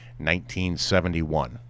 1971